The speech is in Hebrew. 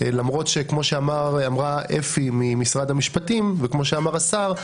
למרות שכפי שאמרה אפי ממשרד המשפטים וכמו שאמר השר,